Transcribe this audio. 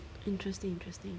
interesting interesting